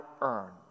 earned